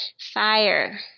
Fire